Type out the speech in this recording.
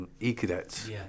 e-cadets